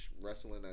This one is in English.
Wrestling